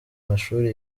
mashuri